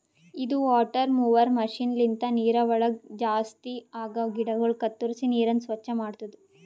ಇದು water mower machine ಲಿಂತ ನೀರವಳಗ್ ಜಾಸ್ತಿ ಆಗಿವ ಗಿಡಗೊಳ ಕತ್ತುರಿಸಿ ನೀರನ್ನ ಸ್ವಚ್ಚ ಮಾಡ್ತುದ